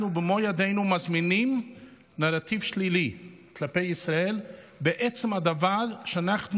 אנחנו במו ידינו מזמינים נרטיב שלילי כלפי ישראל בעצם הדבר שאנחנו